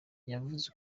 yavuze